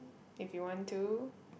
if you want to